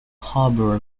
harbour